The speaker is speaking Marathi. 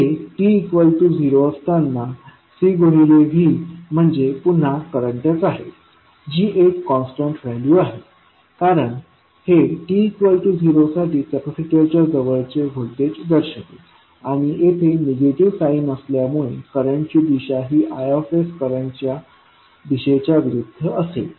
पुढे t0 असताना C गुणिले V म्हणजे पुन्हा करंटच आहे जी एक कॉन्स्टंट व्हॅल्यू आहे कारण हे t 0 साठी कॅपेसिटरच्या जवळचे व्होल्टेज दर्शवेल आणि येथे निगेटिव्ह साईंन असल्यामुळे करंटची दिशा ही I करंटच्या दिशेच्या विरुद्ध असेल